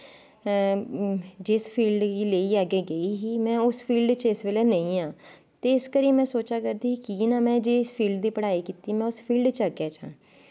जिस फील्ड गी अग्गैं लेईयै गेई ही में उस फील्ड च इस बेल्लै नेईं आं ते इस करियै में सोचा करदी ही कि ना में जिस फील्ड दा पढ़ाई कीती में उस फील्ड च अग्गैं जां